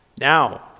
Now